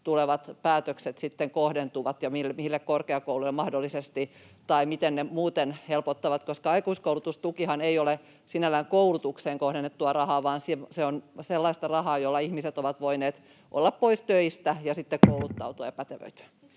tulevat päätökset sitten kohdentuvat ja mille korkeakouluille mahdollisesti tai miten ne muuten helpottavat, koska aikuiskoulutustukihan ei ole sinällään koulutukseen kohdennettua rahaa, vaan se on sellaista rahaa, jolla ihmiset ovat voineet olla pois töistä ja sitten kouluttautua ja pätevöityä.